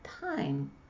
time